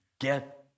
Get